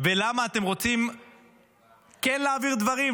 ולמה אתם כן רוצים להעביר דברים,